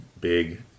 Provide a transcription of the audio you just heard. big